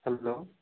hello